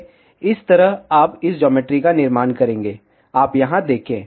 इस तरह आप इस ज्योमेट्री का निर्माण करेंगे आप यहां देखें